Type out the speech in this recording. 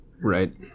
right